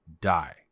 die